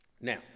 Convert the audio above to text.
now